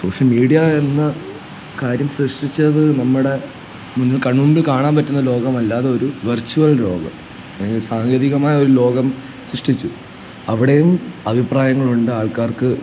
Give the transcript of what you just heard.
social media എന്ന കാര്യം സൃഷ്ടിച്ചത് നമ്മുടെ മുന്നിൽ കൺമുമ്പിൽ കാണാൻ പറ്റുന്ന ലോകമല്ലാതൊരു വെർച്ച്വൽ ലോകം അല്ലെങ്കിൽ സാങ്കേതികമായൊരു ലോകം സൃഷ്ടിച്ചു അവിടേയും അഭിപ്രായങ്ങളുണ്ട് ആൾക്കാർക്ക്